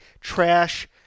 Trash